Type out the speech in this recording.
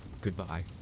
Goodbye